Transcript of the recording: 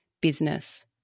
business